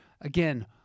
again